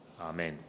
Amen